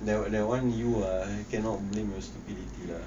that that [one] you ah cannot blame your stupidity lah